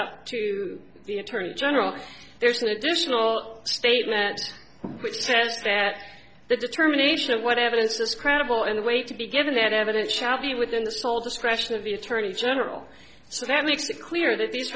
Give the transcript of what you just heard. up to the attorney general there's an additional statements which test that the determination of what evidence is credible and wait to be given that evidence shall be within the sole discretion of the attorney general so that makes it clear that these